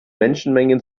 menschenmengen